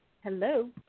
Hello